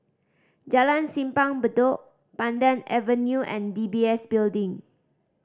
Jalan Simpang Bedok Pandan Avenue and D B S Building